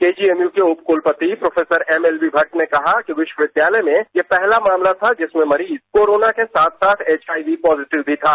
KGMU के उप कूलपति प्रोष्ठेसर एमएलबी थट्ट ने कहा कि विश्वविद्यालय में ये पहला मामला था जिसमें मरीज कोरोना के साथ साथ एचआईवी पॉजिटिव भी थॉ